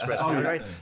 right